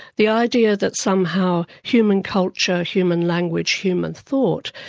the idea that somehow human culture, human language, human thought,